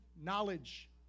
knowledge